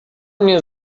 mnie